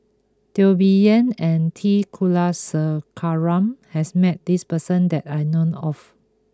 Teo Bee Yen and T Kulasekaram has met this person that I know of